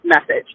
message